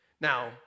Now